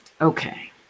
Okay